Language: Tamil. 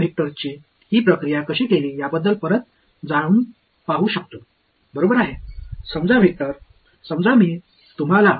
வெக்டர் களுடன் இந்த செயல்முறையை நாங்கள் எவ்வாறு செய்தோம் என்பதற்கு மீண்டும் செல்லலாம்